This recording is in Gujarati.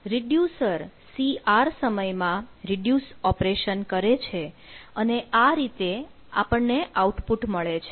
રિડ્યુસર cr સમય માં રિડ્યુસ ઓપરેશન કરે છે અને આ રીતે આપણને આઉટપુટ મળે છે